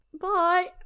bye